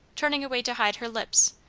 turning away to hide her lips,